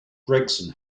gregson